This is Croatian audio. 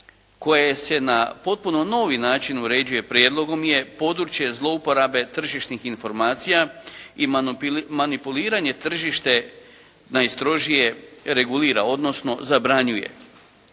koje se na potpuno novi način uređuje prijedlogom je područje zlouporabe tržišnih informacija i manipuliranje tržišta najstrožije regulira odnosno zabranjuje.